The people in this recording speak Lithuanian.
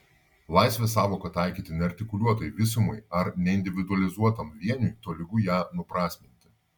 laisvės sąvoką taikyti neartikuliuotai visumai ar neindividualizuotam vieniui tolygu ją nuprasminti